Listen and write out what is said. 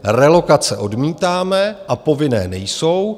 Relokace odmítáme a povinné nejsou.